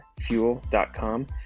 fuel.com